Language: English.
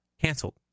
canceled